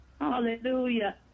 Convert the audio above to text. Hallelujah